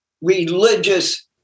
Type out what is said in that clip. religious